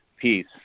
peace